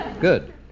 good